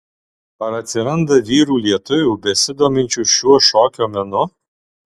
ar atsiranda vyrų lietuvių besidominčių šiuo šokio menu